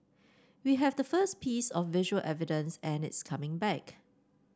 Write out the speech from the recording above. we have the first piece of visual evidence and it's coming back